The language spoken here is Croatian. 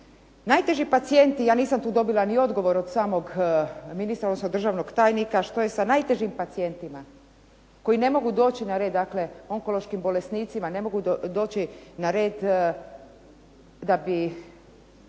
Najteži pacijenti, ja tu nisam dobila odgovor od samog ministra, odnosno državnog tajnika što je sa najtežim pacijentima, koji ne mogu doći na red, dakle onkološkim bolesnicima, ne mogu doći na red da bi